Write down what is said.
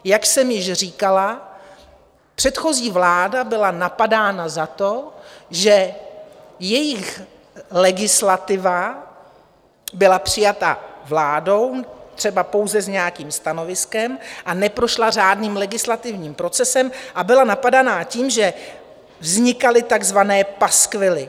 Jak jsem již říkala, předchozí vláda byla napadána za to, že jejich legislativa byla přijata vládou třeba pouze s nějakým stanoviskem a neprošla řádným legislativním procesem, a byla napadána tím, že vznikaly takzvané paskvily.